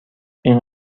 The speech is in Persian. این